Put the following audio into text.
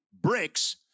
bricks